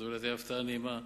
זו הפתעה נעימה,